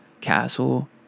castle